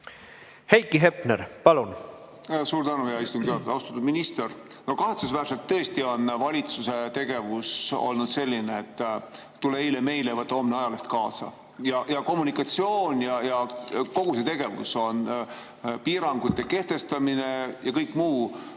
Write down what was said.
Heiki Hepner, palun! Suur tänu, hea istungi juhataja! Austatud minister! Kahetsusväärselt tõesti on valitsuse tegevus olnud selline, et tule eile meile ja võta homne ajaleht kaasa. Kommunikatsioon ja kogu see tegevus, piirangute kehtestamine ja kõik muu